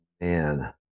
man